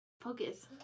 Focus